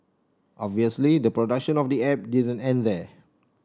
obviously the production of the app didn't end there